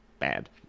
bad